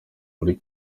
muri